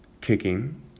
kicking